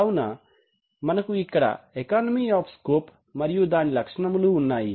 కావున మనకు ఇక్కడ ఎకానమీ ఆఫ్ స్కోప్ మరియు దాని లక్షణములు ఉన్నాయి